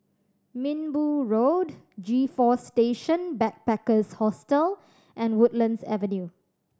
Minbu Road G Four Station Backpackers Hostel and Woodlands Avenue